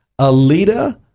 Alita